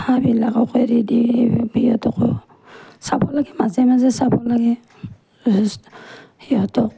হাঁহবিলাকক এৰি দি সিহঁতক চাব লাগে মাজে মাজে চাব লাগে সিহঁতক